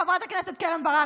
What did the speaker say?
חברת הכנסת קרן ברק,